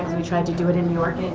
we tried to do it in new york,